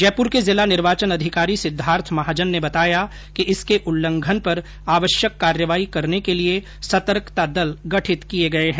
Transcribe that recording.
जयपुर के जिला निर्वाचन अधिकारी सिद्धार्थ महाजन ने बताया कि इसके उल्लंघन पर आवश्यक कार्यवाही करने के लिए सतर्कता दल गठित किये गये हैं